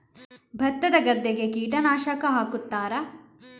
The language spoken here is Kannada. ಭತ್ತದ ಗದ್ದೆಗೆ ಕೀಟನಾಶಕ ಹಾಕುತ್ತಾರಾ?